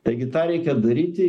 taigi tą reikia daryti